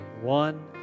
One